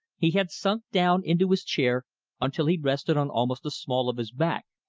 he had sunk down into his chair until he rested on almost the small of his back,